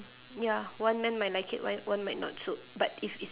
ya one man might like it one one might not so but if is